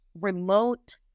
remote